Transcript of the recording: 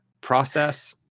process